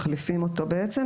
מחליפים אותו בעצם.